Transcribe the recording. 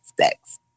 sex